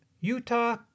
Utah